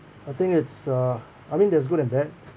I think it's uh I mean there's good and bad